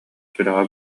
сүрэҕэ